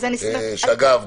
אגב,